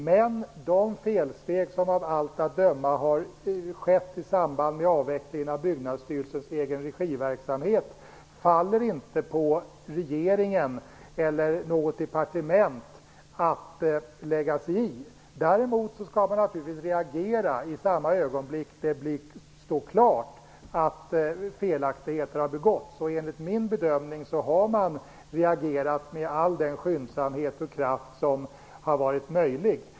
Men de felsteg som av allt att döma har skett i samband med avvecklingen av Byggnadsstyrelsens egenregiverksamhet faller inte på regeringen eller något departement att lägga sig i. Däremot skall man naturligtvis reagera i samma ögonblick det står klart att felaktigheter har begåtts. Enligt min bedömning har man reagerat med all den skyndsamhet och kraft som har varit möjlig.